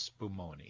Spumoni